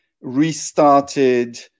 restarted